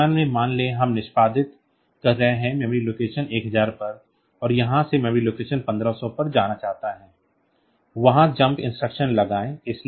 वर्तमान में मान लें कि हम निष्पादित कर रहे हैं मेमोरी लोकेशन 1000 पर और यहाँ से मैं लोकेशन 1500 पर जाना चाहता हूँ वहां जंप इंस्ट्रक्शन लगाएं